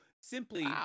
Simply –